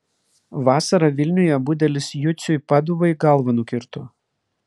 vasarą vilniuje budelis juciui paduvai galvą nukirto